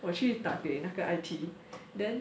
我去打给那个 I_T then